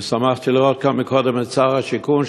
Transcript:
שמחתי לראות גם קודם את שר השיכון,